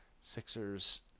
Sixers